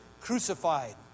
crucified